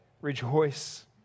rejoice